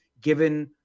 given